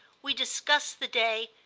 we discussed the day,